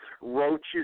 roaches